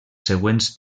següents